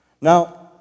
Now